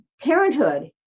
Parenthood